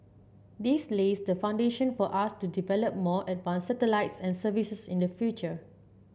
this lays the foundation for us to develop more advanced satellites and services in the future